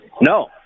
No